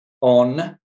on